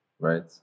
right